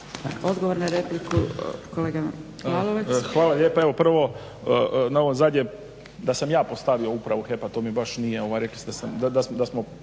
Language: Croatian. Lalovac. **Lalovac, Boris** Hvala lijepa. Evo prvo na ovo zadnje da sam ja postavio upravu HEP-a to mi baš nije, rekli